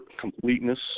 completeness